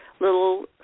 little